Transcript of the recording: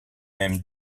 même